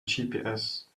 gps